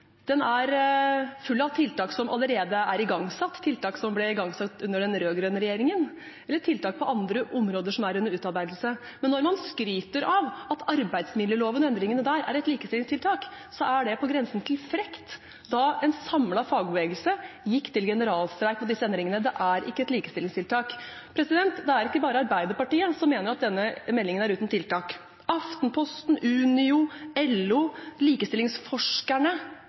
Den er full av tiltak som allerede er igangsatt, tiltak som ble igangsatt under den rød-grønne regjeringen, eller tiltak på andre områder som er under utarbeidelse. Men når man skryter av at endringene i arbeidsmiljøloven er et likestillingstiltak, er det på grensen til frekt, da en samlet fagbevegelse gikk til generalstreik mot disse endringene. Det er ikke et likestillingstiltak. Det er ikke bare Arbeiderpartiet som mener at denne meldingen er uten tiltak. Aftenposten, Unio, LO, likestillingsforskerne